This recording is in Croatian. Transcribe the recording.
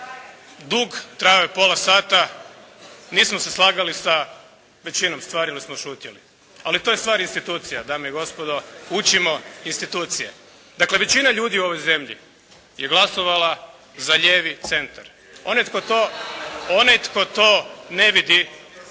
dug, trajao je pola sata, nismo se slagali sa većinom stvari odnosno šutjeli. Ali to je stvar institucija dame i gospodo. Učimo institucije. Dakle većina ljudi u ovoj zemlji je glasovala za lijevi centar. Onaj tko to ne vidi ja mu